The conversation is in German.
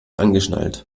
angeschnallt